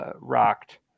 rocked